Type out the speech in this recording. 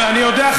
אני יודע,